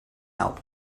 help